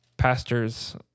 pastors